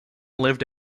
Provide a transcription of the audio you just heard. lived